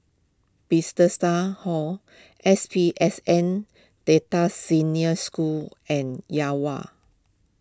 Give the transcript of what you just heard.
Bethesda Hall S P S N Delta Senior School and Yuhua